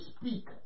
speak